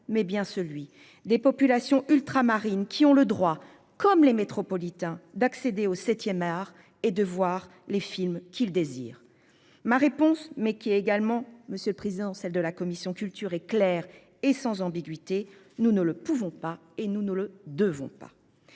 mais bien celui des populations ultramarines, qui ont le droit comme les métropolitains d'accéder au 7ème Art et de voir les films qu'ils désirent. Ma réponse, mais qui est également monsieur le Président, celle de la commission culture est clair et sans ambiguïté, nous ne le pouvons pas et nous ne le devons pas.